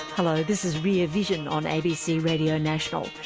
hello, this is rear vision on abc radio national.